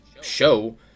show